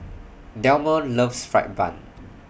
Delmer loves Fried Bun